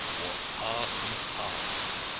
what's past is past,